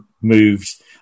moves